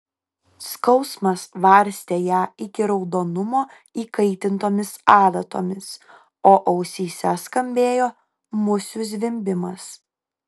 skausmas varstė ją iki raudonumo įkaitintomis adatomis o ausyse skambėjo musių zvimbimas